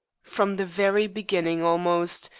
from the very beginning almost.